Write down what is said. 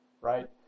right